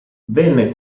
viene